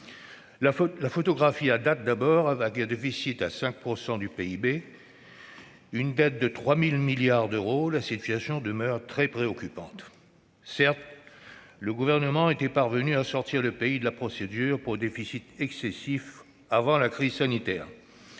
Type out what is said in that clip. La photographie, d'abord, c'est un déficit à 5 % du PIB et une dette de 3 000 milliards d'euros : la situation demeure très préoccupante. Certes, le Gouvernement était parvenu à sortir le pays de la procédure pour déficit excessif avant la crise sanitaire.